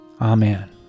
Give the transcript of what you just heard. Amen